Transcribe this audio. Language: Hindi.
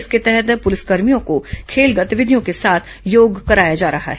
इसके तहत पुलिसकर्मियों को खेल गतिविधियों के साथ योग कराया जा रहा है